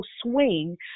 swing